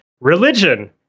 Religion